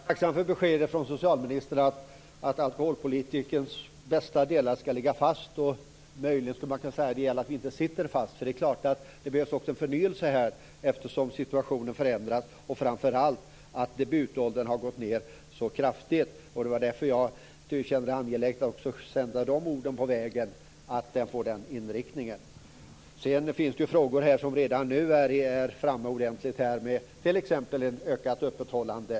Herr talman! Jag är tacksam för beskedet från socialministern att alkoholpolitikens bästa delar skall ligga fast. Möjligen skulle man kunna säga att det gäller att vi inte sitter fast. Här behövs nämligen också förnyelse, eftersom situationen förändras, framför allt när debutåldern har gått ned så kraftigt. Det var därför jag kände det angeläget att sända med de orden på vägen att alkoholpolitiken bör få den inriktningen. Det finns frågor som redan nu är framme ordentligt, t.ex. om ett ökat öppethållande.